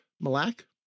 Malak